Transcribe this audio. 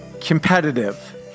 competitive